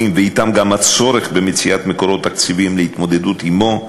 ואתם גם הצורך במציאת מקורות תקציביים להתמודדות עמו,